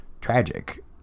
tragic